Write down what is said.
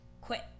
Quit